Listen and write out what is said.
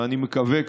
ואני מקווה,